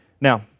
Now